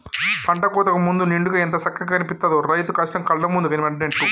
పంట కోతకు ముందు నిండుగా ఎంత సక్కగా కనిపిత్తదో, రైతు కష్టం కళ్ళ ముందు కనబడినట్టు